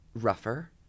rougher